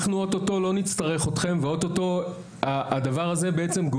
אנחנו אוטוטו לא נצטרך אותכם ואוטוטו הדבר הזה בעצם,